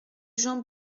jean